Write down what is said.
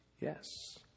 Yes